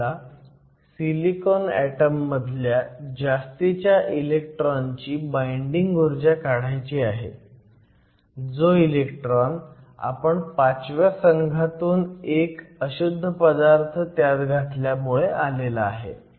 तर आपल्याला सिलिकॉन ऍटममधल्या जास्तीच्या इलेक्ट्रॉनची बाईंडिंग ऊर्जा काढायची आहे जो एलेक्ट्रॉन आपण 5व्या संघातून एक अशुद्ध पदार्थ त्यात घातल्यामुळे आलेला आहे